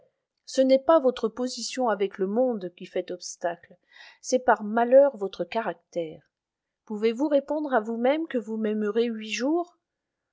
ce n'est pas votre position avec le monde qui fait obstacle c'est par malheur votre caractère pouvez-vous vous répondre à vous-même que vous m'aimerez huit jours